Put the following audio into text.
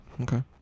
Okay